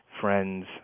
friends